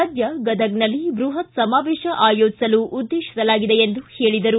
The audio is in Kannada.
ಸದ್ಯ ಗದಗದಲ್ಲಿ ಬೃಹತ್ ಸಮಾವೇಶ ಆಯೋಜಿಸಲು ಉದ್ದೇಶಿಸಲಾಗಿದೆ ಎಂದು ಹೇಳಿದರು